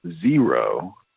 zero